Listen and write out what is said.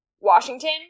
Washington